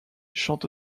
chante